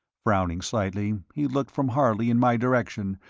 frowning slightly he looked from harley in my direction,